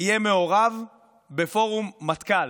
יהיה מעורב בפורום מטכ"ל.